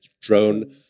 drone